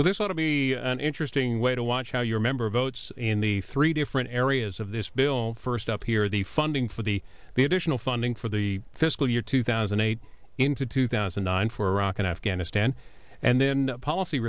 well this ought to be an interesting way to watch how you remember votes in the three different areas of this bill first up here the funding for the the additional funding for the fiscal year two thousand and eight into two thousand and four rock in afghanistan and then policy